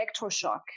electroshock